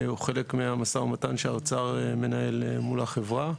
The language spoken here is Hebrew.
הוא חלק מהמשא ומתן שהאוצר מנהל מול החברה.